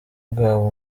bwabo